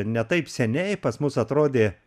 ne taip seniai pas mus atrodė